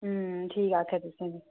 ठीक आखेआ तुसें बी